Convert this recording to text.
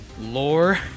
lore